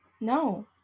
No